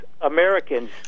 Americans